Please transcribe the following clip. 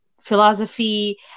philosophy